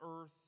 earth